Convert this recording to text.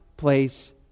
place